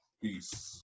Peace